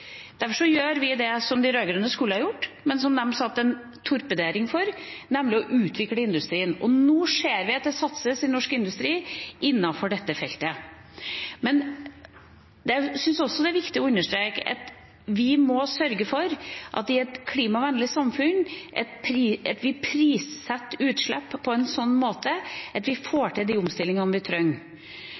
Derfor gjør vi det som de rød-grønne skulle ha gjort, men som de torpederte, nemlig å utvikle industrien. Nå ser vi at det satses i norsk industri innenfor dette feltet. Men jeg syns også det er viktig å understreke at vi må sørge for at i et klimavennlig samfunn prissetter vi utslipp på en sånn måte at vi får til de omstillingene vi trenger.